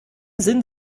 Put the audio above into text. sind